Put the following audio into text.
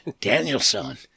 Danielson